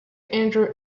andrew